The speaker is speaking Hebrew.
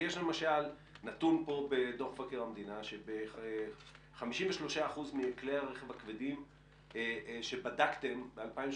יש למשל נתון בדוח מבקר המדינה שב-53% מכלי הרכב הכבדים שבדקתם ב-2018